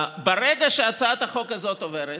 ברגע שהצעת החוק הזאת עוברת